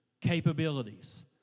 capabilities